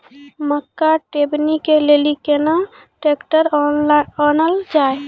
मक्का टेबनी के लेली केना ट्रैक्टर ओनल जाय?